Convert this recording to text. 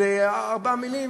יש ארבע מילים: